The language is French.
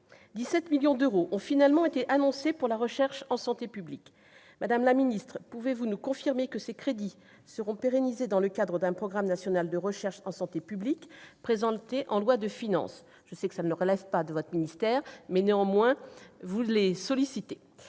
17 millions d'euros a finalement été annoncée pour la recherche en santé publique : madame la ministre, pouvez-vous nous confirmer que ces crédits seront pérennisés dans le cadre d'un programme national de recherche en santé publique, présenté en loi de finances ? Je sais que ce sujet ne relève pas directement de votre ministère, mais vous pouvez au moins solliciter